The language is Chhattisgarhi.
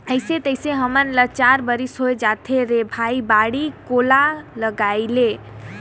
अइसे तइसे हमन ल चार बरिस होए जाथे रे भई बाड़ी कोला लगायेले